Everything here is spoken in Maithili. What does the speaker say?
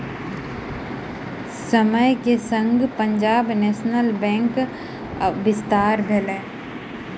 समय के संग पंजाब नेशनल बैंकक विस्तार भेल